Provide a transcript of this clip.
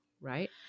Right